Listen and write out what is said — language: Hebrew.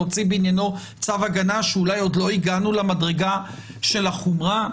להוציא בעניינו צו הגנה שאולי עוד לא הגענו למדרגה של החומרה.